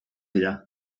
dira